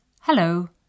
Hello